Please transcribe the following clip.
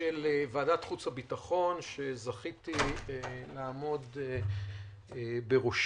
של ועדת החוץ והביטחון, שזכיתי לעמוד בראשה.